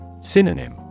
Synonym